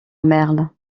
merle